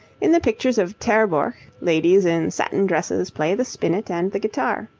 in the pictures of terborch ladies in satin dresses play the spinet and the guitar.